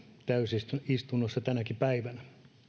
täysistunnossa tänäkin päivänä